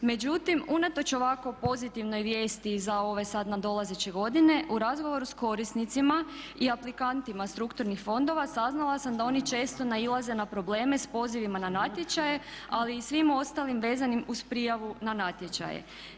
Međutim, unatoč ovako pozitivnoj vijesti za ove sad nadolazeće godine u razgovoru s korisnicima i aplikantima strukturnih fondova saznala sam da oni često nailaze na probleme s pozivima na natječaje ali i svim ostalim vezanim uz prijavu na natječaje.